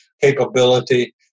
capability